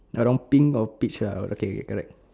around pink or peach ah okay correct